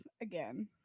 again